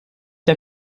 der